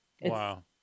Wow